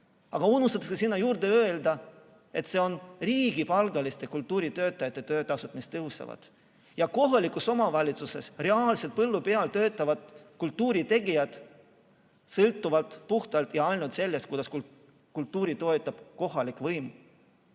Aga unustatakse sinna juurde öelda, et see on riigipalgaliste kultuuritöötajate töötasu, mis tõuseb. Kohalikus omavalitsuses, reaalselt põllu peal töötavad kultuuritegijad sõltuvalt aga puhtalt ja ainult sellest, kuidas kohalik võim